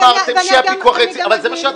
אמרתם שהפיקוח אבל זה מה שאמרתם.